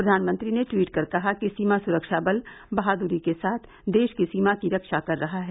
प्रधानमंत्री ने ट्वीट कर कहा कि सीमा सुरक्षा बल बहादुरी के साथ देश की सीमा की रक्षा कर रहा है